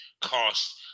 cost